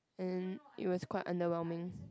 and it was quite underwhelming